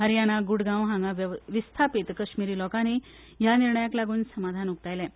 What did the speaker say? हरयाणा ग्रडगांव हांगासर विस्थापीत काश्मिरी लोकांनी ह्या निर्णयाक लागून समाधान उक्तायलें